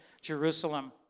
Jerusalem